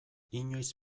inoiz